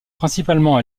principalement